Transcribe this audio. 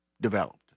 developed